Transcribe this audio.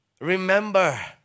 Remember